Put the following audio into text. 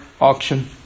auction